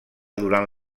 durant